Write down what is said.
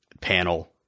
panel